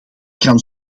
kan